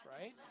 right